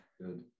good